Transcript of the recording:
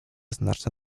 znaczne